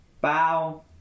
Bow